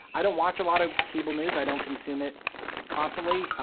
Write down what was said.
i don't watch a lot of cable news. i don't consume it constantly.